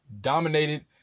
dominated